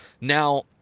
now